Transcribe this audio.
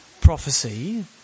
prophecy